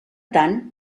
tant